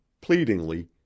pleadingly